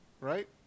right